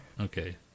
Okay